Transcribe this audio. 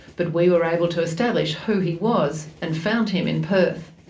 but we were able to establish who he was, and found him in perth.